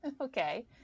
okay